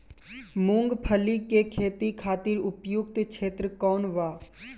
मूँगफली के खेती खातिर उपयुक्त क्षेत्र कौन वा?